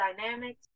dynamics